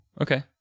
okay